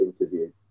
interview